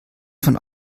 von